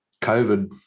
COVID